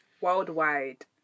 Worldwide